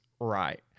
right